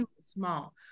small